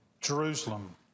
Jerusalem